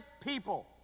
people